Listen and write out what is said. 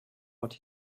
what